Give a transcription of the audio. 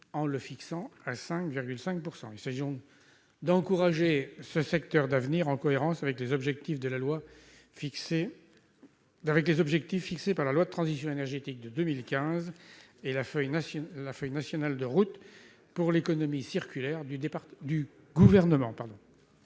en le fixant à 5,5 %. Il s'agit d'encourager ce secteur d'avenir, en cohérence avec les objectifs fixés par la loi de transition énergétique de 2015 et la feuille de route économie circulaire du Gouvernement.